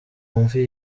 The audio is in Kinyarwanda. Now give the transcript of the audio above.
wumve